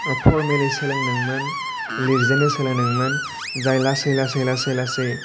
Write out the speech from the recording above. formally सोलोंदोंमोन लिरजेननो सोलोंदोंमोन जाय लासै लासै लासै लासै